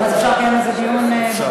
אז אפשר לקיים על זה דיון בוועדה?